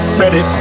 ready